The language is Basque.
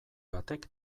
batek